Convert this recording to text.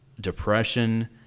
depression